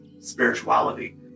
spirituality